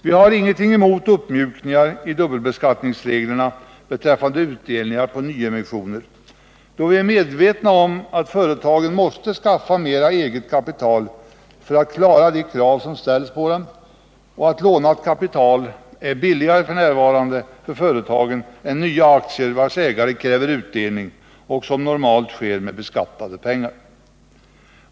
Vi har ingenting emot uppmjukningar i dubbelbeskattningsregierna beträffande utdelningar på nyemissioner, då vi är medvetna om att företagen måste skaffa mera eget kapital för att klara de krav som ställs på dem och att lånat kapital är billigare f. n. för företagen än nya aktier, vilkas ägare kräver utdelning, något som normalt sker med beskattade pengar.